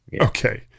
Okay